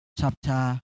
chapter